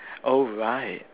oh right